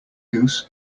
goose